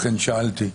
לכן שאלתי.